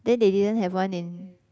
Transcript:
then they didn't have one in